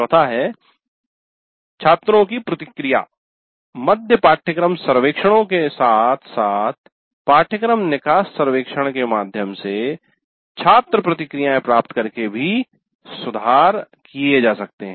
चौथा है छात्रों की प्रतिक्रिया मध्य पाठ्यक्रम सर्वेक्षणों के साथ साथ पाठ्यक्रम निकास सर्वेक्षण के माध्यम से छात्र प्रतिक्रियाए प्राप्त करके भी सुधार किये जा सकते है